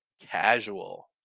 casual